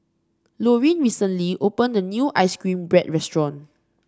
Loreen recently opened a new ice cream bread restaurant